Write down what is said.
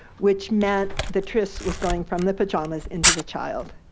which meant the tris was going from the pajamas into the child.